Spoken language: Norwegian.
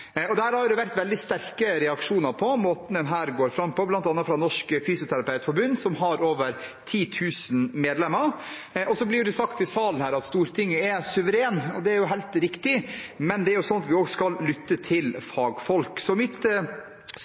Det har vært veldig sterke reaksjoner på måten en har gått fram på, bl.a. fra Norsk Fysioterapeutforbund, som har over 10 000 medlemmer. Det blir sagt her i salen at Stortinget er suverent. Det er helt riktig, men vi skal også lytte til fagfolk. Mitt spørsmål til